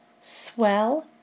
swell